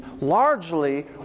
largely